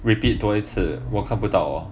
repeat 多一次我看不到啊